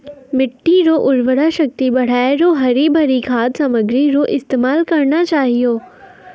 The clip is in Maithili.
मिट्टी रो उर्वरा शक्ति बढ़ाएं रो हरी भरी खाद सामग्री रो इस्तेमाल करना चाहियो